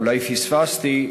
אולי פספסתי,